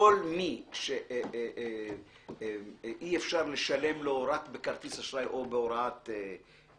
כל מי שאי אפשר לשלם לו רק בכרטיס אשראי או בהוראת קבע,